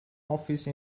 office